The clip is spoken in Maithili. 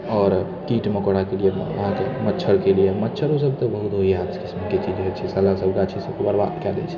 आओर कीट मकोड़ाके लिए अहाँकेँ मच्छरके लिए मच्छरो सभ तऽ बहुत होइया आज कल सुनते छी देखिते छी साला सभ गाछी सभके बर्बाद कै दै छै